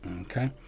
Okay